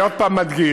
אני עוד פעם מדגיש,